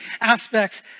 aspects